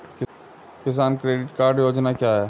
किसान credit card योजना क्या है?